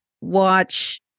watch